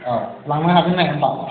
अ लांनो हागोन ना हाया होनबा